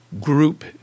group